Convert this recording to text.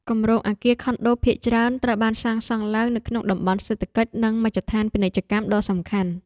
គម្រោងអគារខុនដូភាគច្រើនត្រូវបានសាងសង់ឡើងនៅក្នុងតំបន់សេដ្ឋកិច្ចនិងមជ្ឈមណ្ឌលពាណិជ្ជកម្មដ៏សំខាន់។